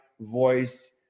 voice